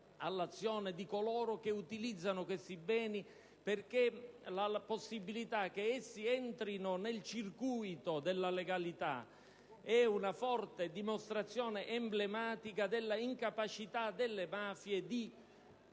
all'azione di coloro che utilizzano questi beni, perché la possibilità che essi entrino nel circuito della legalità è una forte, emblematica dimostrazione dell'incapacità delle mafie di